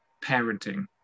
parenting